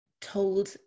told